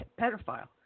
pedophile